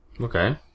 Okay